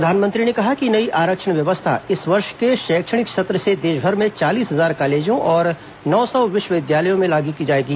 प्रधानमंत्री ने कहा कि नई आरक्षण व्यवस्था इस वर्ष के शैक्षणिक सत्र से देशभर में चालीस हजार कॉलेजों और नौ सौ विश्वविद्यालयों में लागू की जाएगी